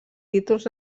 títols